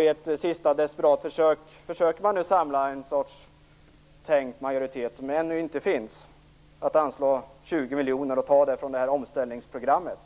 I ett sista desperat försök försöker man nu samla en sorts tänkt majoritet som ännu inte finns att anslå 20 miljoner och ta det från omställningsprogrammet.